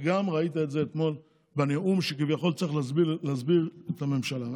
וגם ראית את זה אתמול בנאום שכביכול צריך להסביר את הממשלה.